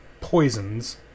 poisons